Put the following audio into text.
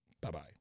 bye-bye